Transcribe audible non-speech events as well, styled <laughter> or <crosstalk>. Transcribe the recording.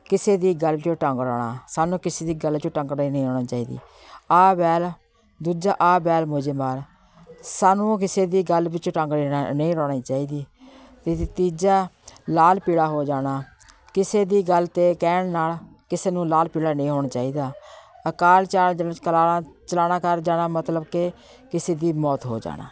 ਕਿਸੇ ਦੀ ਗੱਲ 'ਚ ਟੰਗ ਅੜਾਉਣਾ ਸਾਨੂੰ ਕਿਸੇ ਦੀ ਗੱਲ 'ਚ ਟੰਗ <unintelligible> ਚਾਹੀਦੀ ਆ ਬੈਲ ਦੂਜਾ ਆ ਬੈਲ ਮੁਝੇ ਮਾਰ ਸਾਨੂੰ ਕਿਸੇ ਦੀ ਗੱਲ ਵਿੱਚ ਟੰਗ ਨਹੀਂ <unintelligible> ਨਹੀਂ ਅੜਾਉਣੀ ਚਾਹੀਦੀ ਅਤੇ ਤੀਜਾ ਲਾਲ ਪੀਲਾ ਹੋ ਜਾਣਾ ਕਿਸੇ ਦੀ ਗੱਲ 'ਤੇ ਕਹਿਣ ਨਾਲ ਕਿਸੇ ਨੂੰ ਲਾਲ ਪੀਲਾ ਨਹੀਂ ਹੋਣਾ ਚਾਹੀਦਾ ਅਕਾਲ <unintelligible> ਚਲਾਣਾ ਕਰ ਜਾਣਾ ਮਤਲਬ ਕਿ ਕਿਸੇ ਦੀ ਮੌਤ ਹੋ ਜਾਣਾ